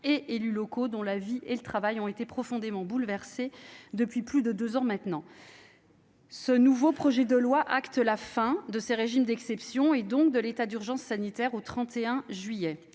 des élus locaux, dont la vie et le travail ont été profondément bouleversés depuis plus de deux ans. Ce nouveau projet de loi acte la fin des régimes d'exception, et donc de l'état d'urgence sanitaire au 31 juillet.